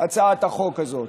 הצעת החוק הזאת.